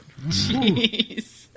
Jeez